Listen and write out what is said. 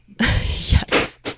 Yes